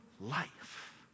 life